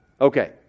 Okay